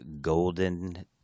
golden